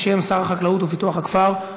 בשם שר החקלאות ופיתוח הכפר,